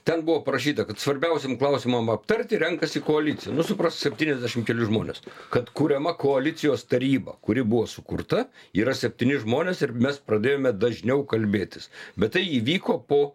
ten buvo parašyta kad svarbiausiem klausimam aptarti renkasi koaliciją mūsų septyniasdešimt keli žmonės kad kuriama koalicijos taryba kuri buvo sukurta yra septyni žmonės ir mes pradėjome dažniau kalbėtis bet tai įvyko po